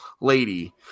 lady –